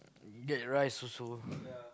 get rice also